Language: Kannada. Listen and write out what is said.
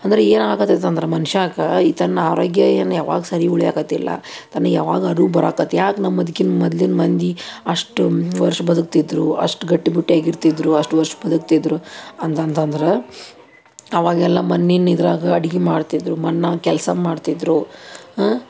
ಅಂದ್ರೆ ಏನಾಗಕತ್ತೈತಂದ್ರೆ ಮನ್ಷಾಗ ಈ ತನ್ನ ಆರೋಗ್ಯ ಏನು ಯಾವಾಗ ಸರಿ ಉಳಿಯಾಕ್ಕತ್ತಿಲ್ಲ ತನ್ನ ಯಾವಾಗಾದ್ರು ಬರಾಕತ್ತ ಯಾಕೆ ನಮ್ಮ ಮದಕಿನ್ ಮೊದ್ಲಿನ ಮಂದಿ ಅಷ್ಟು ನೂರು ವರ್ಷ ಬದುಕ್ತಿದ್ರು ಅಷ್ಟು ಗಟ್ಟಿಮುಟ್ಟಾಗಿ ಇರ್ತಿದ್ದರು ಅಷ್ಟು ವರ್ಷ ಬದುಕ್ತಿದ್ರು ಅಂತಂತ ಅಂದ್ರ ಆವಾಗೆಲ್ಲ ಮಣ್ಣಿನ ಇದ್ರಾಗ ಅಡುಗೆ ಮಾಡ್ತಿದ್ದರು ಮಣ್ಣಾಗ ಕೆಲಸ ಮಾಡ್ತಿದ್ದರು